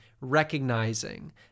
recognizing